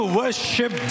worship